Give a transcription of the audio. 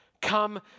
Come